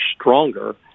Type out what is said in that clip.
stronger